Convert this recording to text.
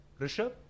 Rishabh